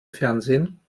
fernsehen